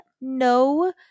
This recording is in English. no